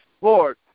Lord